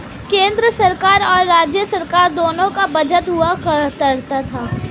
केन्द्र सरकार और राज्य सरकार दोनों का बजट हुआ करता है